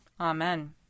Amen